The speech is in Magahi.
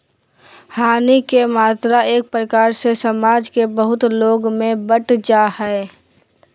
हानि के मात्रा एक प्रकार से समाज के बहुत लोग में बंट जा हइ